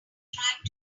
trying